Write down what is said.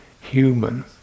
human